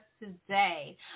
today